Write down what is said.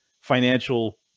financial